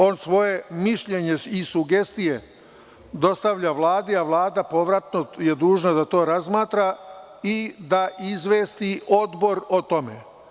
On svoje mišljenje i sugestije dostavlja Vladi, a Vlada povratno je dužna da to razmatra i da izvesti Odbor o tome.